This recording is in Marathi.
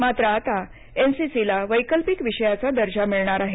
मात्र आता एनसीसीला वैकल्पिक विषयाचा दर्जा मिळणार आहे